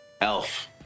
Elf